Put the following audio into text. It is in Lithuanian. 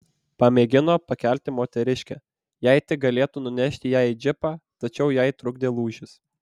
pamėgino pakelti moteriškę jei tik galėtų nunešti ją į džipą tačiau jai trukdė lūžis